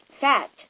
fat